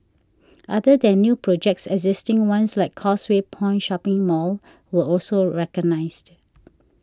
other than new projects existing ones like Causeway Point shopping mall were also recognised